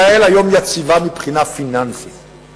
היום ישראל יציבה מבחינה פיננסית,